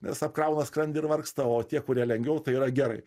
nes apkrauna skrandį ir vargsta o tie kurie lengviau tai yra gerai